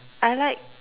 I like